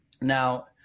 Now